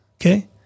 okay